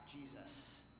Jesus